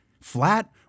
Flat